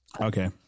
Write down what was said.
Okay